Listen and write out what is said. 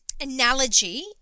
analogy